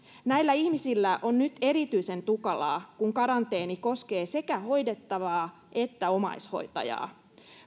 näillä ihmisillä on nyt erityisen tukalaa kun karanteeni koskee sekä hoidettavaa että omaishoitajaa